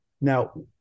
Now